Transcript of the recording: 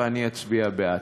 ואני אצביע בעד.